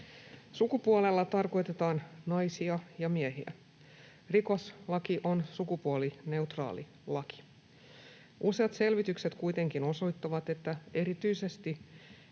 Sukupuolella tarkoitetaan naisia ja miehiä. Rikoslaki on sukupuolineutraali laki. Useat selvitykset kuitenkin osoittavat, että erityisesti